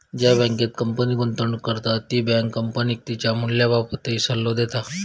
ज्या बँकेत कंपनी गुंतवणूक करता ती बँक कंपनीक तिच्या मूल्याबाबतही सल्लो देता